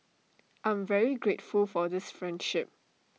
I'm very grateful for this friendship